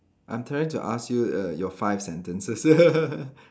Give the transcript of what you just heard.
I'm trying to ask you err your five sentences